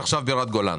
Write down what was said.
עכשיו בירת גולן.